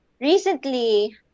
Recently